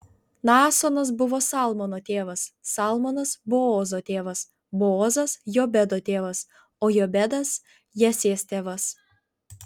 naasonas buvo salmono tėvas salmonas boozo tėvas boozas jobedo tėvas o jobedas jesės tėvas